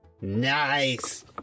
Nice